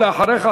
ואחריך,